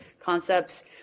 concepts